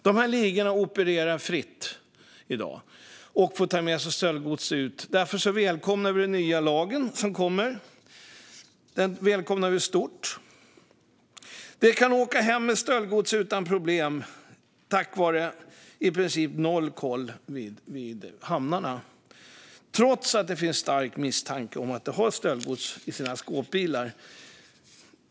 Dessa ligor opererar i dag fritt och kan trots att det finns stark misstanke om att de har stöldgods i sina skåpbilar åka hem utan problem eftersom det är i princip noll koll vid hamnarna. Därför välkomnar vi stort den nya lagen.